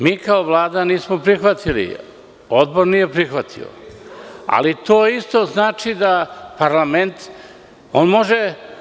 Mi kao Vlada nismo prihvatili, odbor nije prihvatio, ali to isto znači da parlament može.